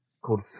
Called